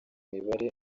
mibare